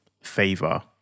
favor